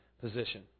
position